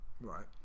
Right